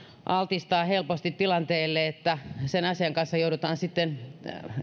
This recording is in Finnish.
altistaa helposti tilanteille että sen asian kanssa joudutaan sitten